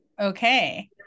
Okay